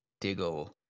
diggle